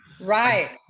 right